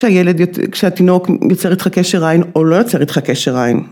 ‫כשהתינוק יוצר איתך קשר עין ‫או לא יוצר איתך קשר עין.